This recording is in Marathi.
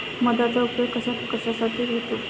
मधाचा उपयोग कशाकशासाठी होतो?